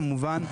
כמובן,